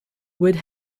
would